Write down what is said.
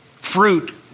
fruit